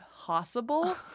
possible